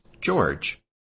George